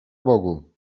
bogu